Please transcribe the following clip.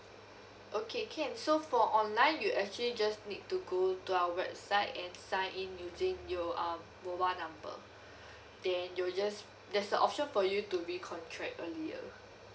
okay can so for online you actually just need to go to our website and sign in using your um mobile number then you'll just there's a option for you to recontract earlier